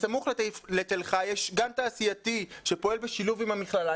בסמוך לתל חי יש גן תעשייתי שפועל בשילוב עם המכללה,